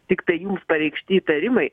tiktai jums pareikšti įtarimai